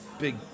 big